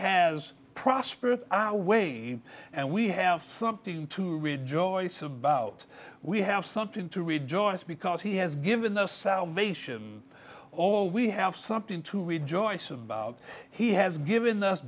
has prospered our way and we have something to rejoice about we have something to rejoice because he has given the salvation all we have something to rejoice about he has given us